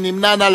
מי נמנע?